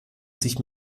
sich